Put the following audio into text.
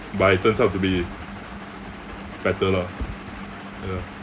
but it turns out to be better lah ya